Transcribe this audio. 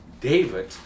David